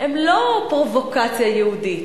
הם לא פרובוקציה יהודית,